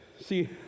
See